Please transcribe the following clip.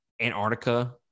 Antarctica